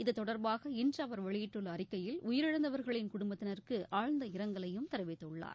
இது தொடர்பாக இன்று அவர் வெளியிட்டுள்ள அறிக்கையில் உயிரிழந்தவர்களின் குடும்பத்தினருக்கு ஆழ்ந்த இரங்கலையும் தெரிவித்துள்ளார்